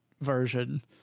version